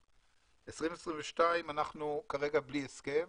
ב-2022 אנחנו כרגע בלי הסכם.